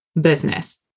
business